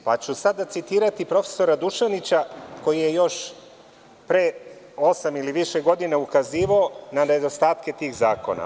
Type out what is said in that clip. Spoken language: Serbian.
Sada ću citirati profesora Dušanića, koji je još pre osam ili više godina ukazivao na nedostatke tih zakona.